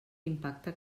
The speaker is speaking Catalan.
impacte